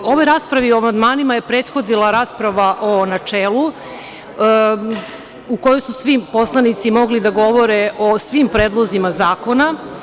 U ovoj raspravi o amandmanima je prethodila rasprava u načelu u kojoj su svi poslanici mogli da govore o svim predlozima zakona.